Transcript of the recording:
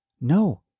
No